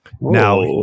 Now